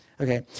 Okay